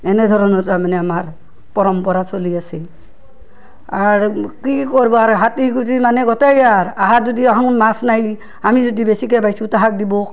এনেধৰণৰ তাৰমানে আমাৰ পৰম্পৰা চলি আছে আৰু কি কি কৰবা আৰু হাতী গুজি মানে গোটেই আৰ আহাৰ যদি আহুন মাছ নাই আমি যদি বেছিকে পাইছু তাহাক দিব